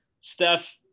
Steph